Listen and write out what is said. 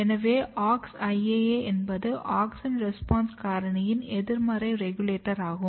எனவே AuxIAA என்பது auxin response காரணியின் எதிர்மறை ரெகுலேட்டர் ஆகும்